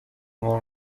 مرغ